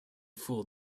fool